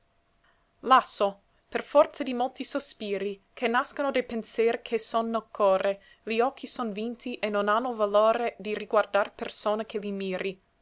lasso per forza di molti sospiri che nascon de penser che son nel core li occhi son vinti e non hanno valore di riguardar persona che li miri